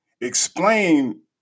explain